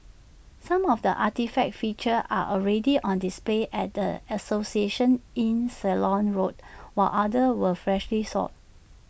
some of the artefacts featured are already on display at the association in Ceylon road while others were freshly sought